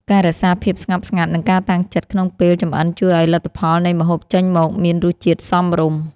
ការរក្សាភាពស្ងប់ស្ងាត់និងការតាំងចិត្តក្នុងពេលចម្អិនជួយឱ្យលទ្ធផលនៃម្ហូបចេញមកមានរសជាតិសមរម្យ។